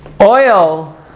Oil